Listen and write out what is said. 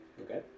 Okay